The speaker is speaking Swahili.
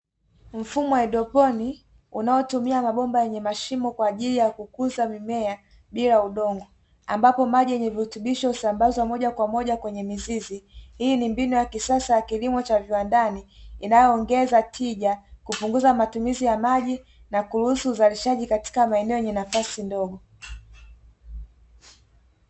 Mfumo wa haidroponi unaotumia mabomba yenye mashimo, kwa ajili ya kukuza mimea bila udongo, ambapo maji yenye virutubisho husambazwa moja kwa moja kwenye mizizi. Hii ni mbinu ya kisasa ya kilimo cha viwandani, inayoongeza tija, kupunguza matumizi ya maji na kuruhusu uzalishaji katika maeneo yenye nafasi ndogo.